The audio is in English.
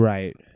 Right